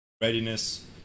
readiness